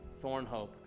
Thornhope